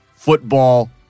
football